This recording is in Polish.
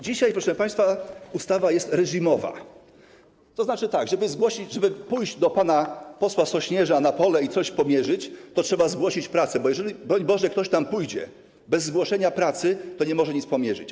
Dzisiaj, proszę państwa, ustawa jest reżimowa, tzn. żeby pójść do pana posła Sośnierza na pole i coś pomierzyć, to trzeba zgłosić prace, bo jeżeli, broń Boże, ktoś tam pójdzie bez zgłoszenia prac, to nie może nic pomierzyć.